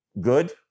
good